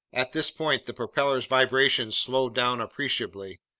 at this point the propeller's vibrations slowed down appreciably,